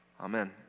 amen